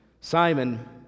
Simon